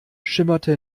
schimmerte